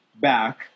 back